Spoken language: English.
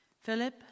Philip